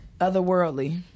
Otherworldly